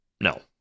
No